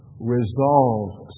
Resolve